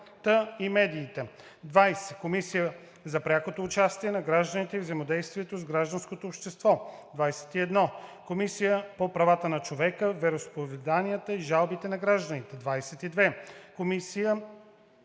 Комисия за прякото участие на гражданите и взаимодействието с гражданското общество; 21. Комисия по правата на човека, вероизповеданията и жалбите на гражданите;